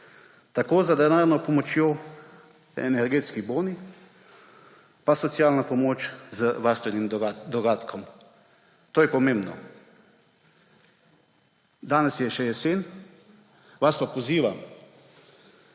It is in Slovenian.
tako z denarno pomočjo, energetskimi boni in socialno pomočjo – z varstvenim dodatkom. To je pomembno. Danes je še jesen, vas pa pozivam,